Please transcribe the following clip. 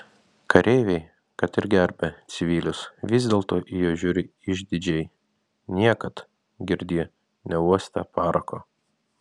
kareiviai kad ir gerbia civilius vis dėlto į juos žiūri išdidžiai niekad girdi neuostę parako